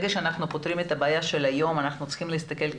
שאנחנו פותרים את הבעיה של היום אנחנו צריכים להסתכל קדימה.